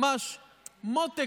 ממש מותק,